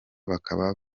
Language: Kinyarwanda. bakaba